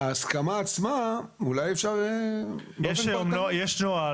ההסכמה עצמה, אולי אפשר באופן פרטני.